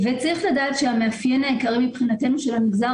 צריך לדעת שמבחינתנו המאפיין העיקרי של המגזר